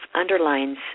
underlines